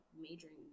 majoring